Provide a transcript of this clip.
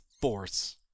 force